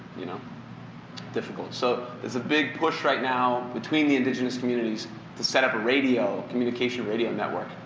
you know difficult. so there's a big push right now between the indigenous communities to set up a radio, a communication radio network.